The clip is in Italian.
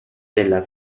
della